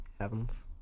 heavens